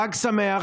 חג שמח.